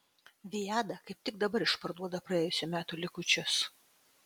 viada kaip tik dabar išparduoda praėjusių metų likučius